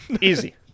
Easy